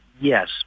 yes